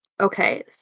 okay